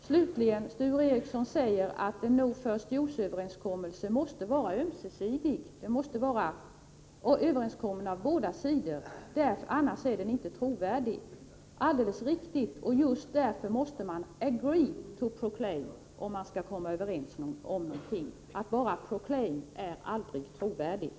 Slutligen: Sture Ericson säger att en no-first-use-överenskommelse måste vara ömsesidig — den måste omfattas av båda sidor, för annars är den inte trovärdig. Det är alldeles riktigt, och just därför måste man ”agree to proclaim”, om man skall komma överens om någonting. Att bara ”proclaim” är aldrig trovärdigt.